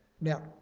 Now